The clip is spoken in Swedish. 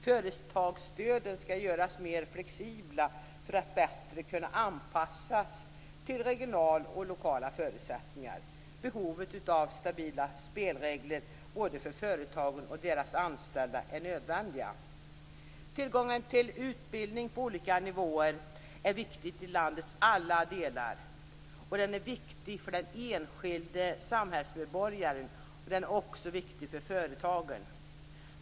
Företagsstöden skall göras mer flexibla för att bättre kunna anpassas till regionala och lokala förutsättningar. Stabila spelregler både för företagen och deras anställda är nödvändiga. Tillgången till utbildning på olika nivåer är viktig i landets alla delar. Den är viktig för den enskilde samhällsmedborgaren och också för företagen.